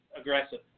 aggressive